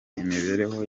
imibereho